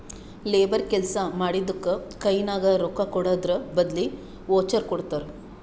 labour ಕೆಲ್ಸಾ ಮಾಡಿದ್ದುಕ್ ಕೈನಾಗ ರೊಕ್ಕಾಕೊಡದ್ರ್ ಬದ್ಲಿ ವೋಚರ್ ಕೊಡ್ತಾರ್